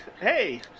Hey